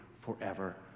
forever